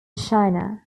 china